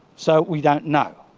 so we don't know.